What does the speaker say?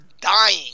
dying